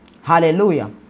Hallelujah